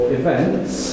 events